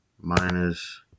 minus